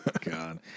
God